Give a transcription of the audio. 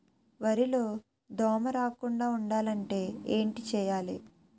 వరిలో దోమ రాకుండ ఉండాలంటే ఏంటి చేయాలి?